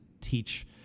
teach